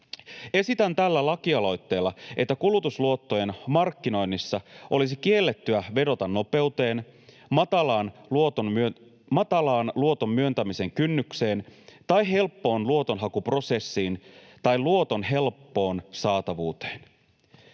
Esitän tällä lakialoitteella, että kulutusluottojen markkinoinnissa olisi kiellettyä vedota nopeuteen, matalaan luoton myöntämisen kynnykseen tai helppoon luotonhakuprosessiin tai luoton helppoon saatavuuteen.